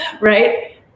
right